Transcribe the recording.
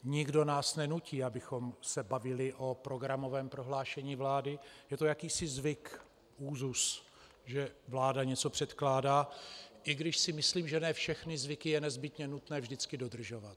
Nikdo nás nenutí, abychom se bavili o programovém prohlášení vlády, je to jakýsi zvyk, úzus, že vláda něco předkládá, i když si myslím, že ne všechny zvyky je nezbytně nutné vždycky dodržovat.